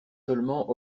seulement